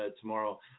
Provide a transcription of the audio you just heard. tomorrow